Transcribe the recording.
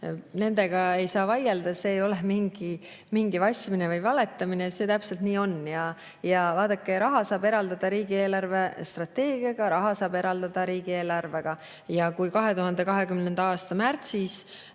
Nendega ei saa vaielda, see ei ole mingi vassimine või valetamine, see täpselt nii on. Vaadake, raha saab eraldada riigi eelarvestrateegiaga, raha saab eraldada riigieelarvega. 2020. aasta märtsis